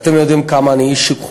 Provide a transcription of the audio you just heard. אתם יודעים כמה אני איש שוק חופשי,